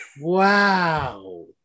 Wow